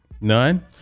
None